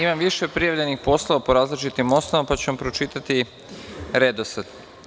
Imam više prijavljenih po različitim osnovama, pa ću vam pročitati redosled.